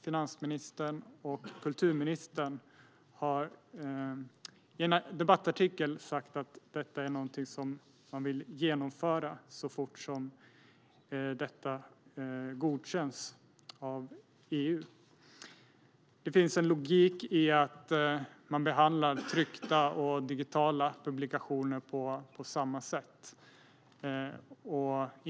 Finansministern och kulturministern har i en debattartikel uttalat att detta är någonting som man vill genomföra så fort detta godkänns av EU. Det finns en logik i att man behandlar tryckta och digitala publikationer på samma sätt.